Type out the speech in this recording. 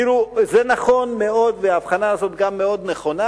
תראו, זה נכון מאוד, וההבחנה הזאת גם מאוד נכונה,